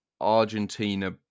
Argentina